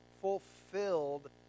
fulfilled